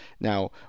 now